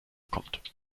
kommt